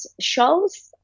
shows